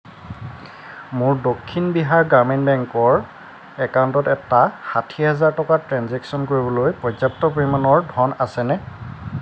মোৰ দক্ষিণ বিহাৰ গ্ৰামীণ বেংকৰ একাউণ্টত এটা ষাঠি হাজাৰ টকাৰ ট্ৰেঞ্জেকশ্য়ন কৰিবলৈ পৰ্যাপ্ত পৰিমাণৰ ধন আছেনে